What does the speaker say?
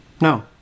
No